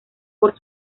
por